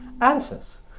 answers